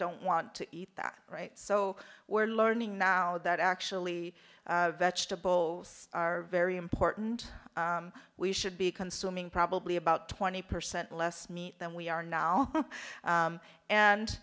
don't want to eat that right so we're learning now that actually vegetables are very important we should be consuming probably about twenty percent less meat than we are now and and